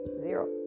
zero